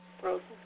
Frozen